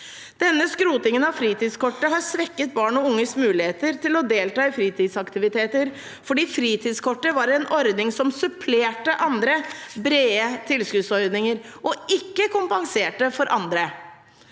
Denne skrotingen av fritidskortet har svekket barn og unges muligheter til å delta i fritidsaktiviteter fordi fritidskortet var en ordning som supplerte andre, brede tilskuddsordninger og ikke kompenserte for andre